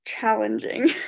challenging